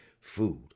Food